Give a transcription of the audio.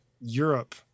Europe